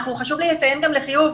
חשוב לי לציין גם בחיוב,